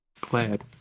glad